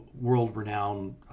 world-renowned